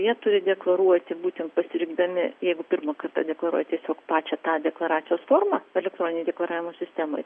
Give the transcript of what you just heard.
jie turi deklaruoti būtent pasirinkdami jeigu pirmą kartą deklaruoja tiesiog pačią tą deklaracijos formą elektroninio deklaravimo sistemoj